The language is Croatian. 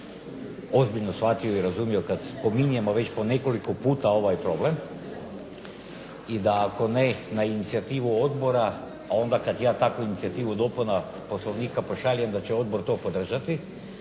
ozbiljno shvatio i razumio kad spominjemo već po nekoliko puta ovaj problem i da ako ne na inicijativu odbora, a onda kad ja takvu inicijativu dopuna Poslovnika pošaljem da će odbor to podržati